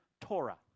Torah